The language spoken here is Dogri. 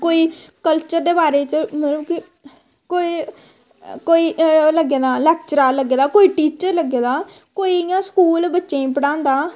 कोई कल्चर दे बारे च मतलब कि कोई कोई ओह् लग्गे दा लैक्चरार कोई टीचर लग्गे दा कोई इ'यां स्कूल बच्चें गी पढ़ांदा